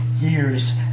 years